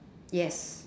yes